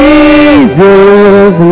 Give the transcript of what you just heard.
Jesus